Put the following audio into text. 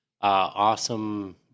awesome